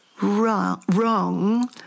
wrong